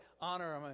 honor